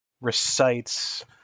recites